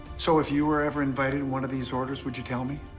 so if you were ever invited in one of these orders, would you tell me?